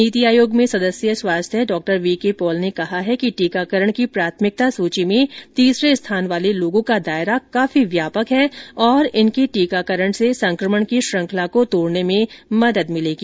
नीति आयोग में सदस्य स्वास्थ्य डॉक्टर वी के पॉल ने कहा कि टीकाकरण की प्राथमिकता सूची में तीसरे स्थान वाले लोगों का दायरा काफी व्यापक है और इनके टीकाकरण से संक्रमण की श्रंखला को तोड़ने में मदद भिलेगी